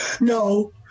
No